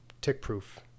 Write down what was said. tick-proof